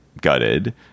gutted